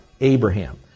Abraham